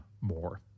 more